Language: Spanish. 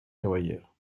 caballero